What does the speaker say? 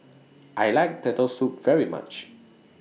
I like Turtle Soup very much